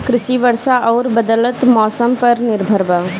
कृषि वर्षा आउर बदलत मौसम पर निर्भर बा